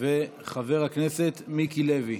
ושל חבר הכנסת מיקי לוי.